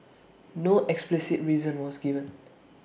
no explicit reason was given